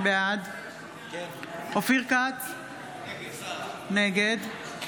בעד אופיר כץ, נגד ישראל כץ, נגד רון